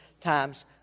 times